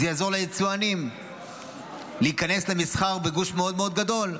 זה יעזור ליצואנים להיכנס למסחר בגוש מאוד מאוד גדול.